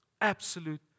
Absolute